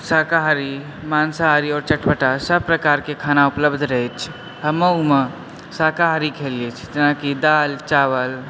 शाकाहारी मान्साहारी आओर चटपटासभ प्रकारके खाना उपलब्ध रहैत छै हमहूँ ओहिमे शाकाहारी खेलियै जेनाकि दालि चावल